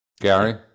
gary